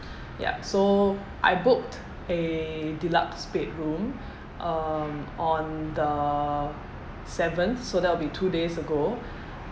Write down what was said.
yup so I booked a deluxe bedroom um on the seventh so that'll be two days ago